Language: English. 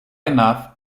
enough